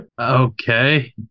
okay